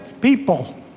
people